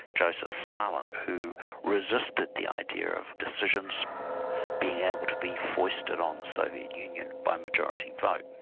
josef stalin, who resisted the idea of decisions being able to be foisted on the soviet union by majority vote.